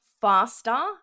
faster